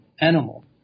animal